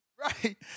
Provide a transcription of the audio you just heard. right